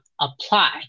apply